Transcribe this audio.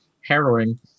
harrowing